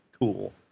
cool